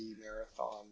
marathon